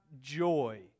joy